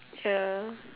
ya